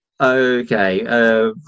Okay